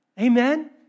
Amen